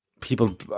people